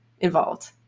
involved